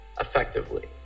effectively